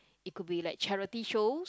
it could be like charity shows